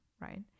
Right